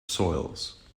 soils